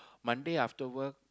Monday after work